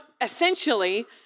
essentially